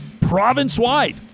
province-wide